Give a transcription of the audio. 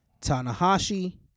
Tanahashi